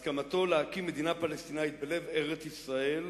הסכמתו להקים מדינה פלסטינית בלב ארץ-ישראל